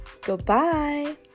Goodbye